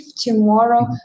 tomorrow